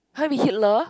!huh! with Hitler